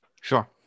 sure